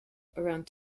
around